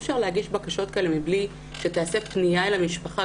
אפשר להגיש בקשות כאלה מבלי שתיעשה פניה אל המשפחה,